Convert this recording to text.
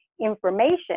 information